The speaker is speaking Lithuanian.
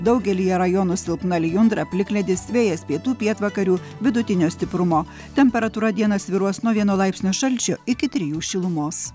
daugelyje rajonų silpna lijundra plikledis vėjas pietų pietvakarių vidutinio stiprumo temperatūra dieną svyruos nuo vieno laipsnio šalčio iki trijų šilumos